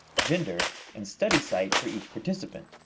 gender, and study site for each participant.